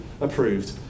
approved